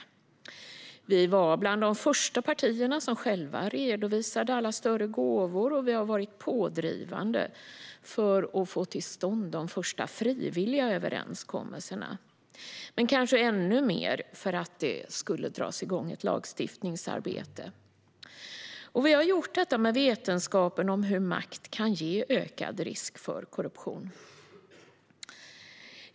Miljöpartiet var bland de första partierna som själva redovisade alla större gåvor, och vi har varit pådrivande för att få till stånd de första frivilliga överenskommelserna och ännu mer för att dra igång ett lagstiftningsarbete. Vi har gjort detta med vetskap om hur makt kan ge ökad risk för korruption.